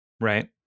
right